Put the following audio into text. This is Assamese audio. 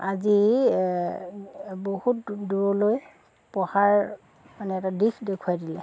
আজি বহুত দূৰলৈ পঢ়াৰ মানে এটা দিশ দেখুৱাই দিলে